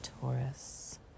Taurus